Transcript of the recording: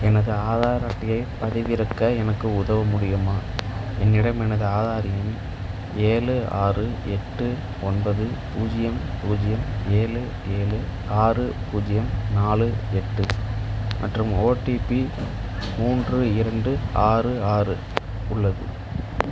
எனது ஆதார் அட்டையை பதிவிறக்க எனக்கு உதவ முடியுமா என்னிடம் எனது ஆதார் எண் ஏழு ஆறு எட்டு ஒன்பது பூஜ்ஜியம் பூஜ்ஜியம் ஏழு ஏழு ஆறு பூஜ்ஜியம் நாலு எட்டு மற்றும் ஓடிபி மூன்று இரண்டு ஆறு ஆறு உள்ளது